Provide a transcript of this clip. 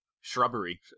Shrubbery